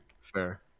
Fair